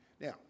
Now